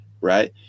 right